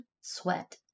sweat